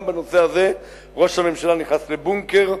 גם בנושא הזה ראש הממשלה נכנס לבונקר,